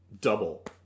double